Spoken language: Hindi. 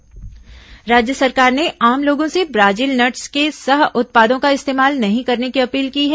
ब्राजील नट्स राज्य सरकार ने आम लोगों से ब्राजील नट्स के सह उत्पादों का इस्तेमाल नहीं करने की अपील की है